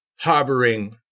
harboring